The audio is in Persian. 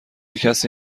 کسی